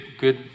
good